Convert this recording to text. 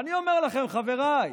ואני אומר לכם, חבריי,